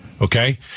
Okay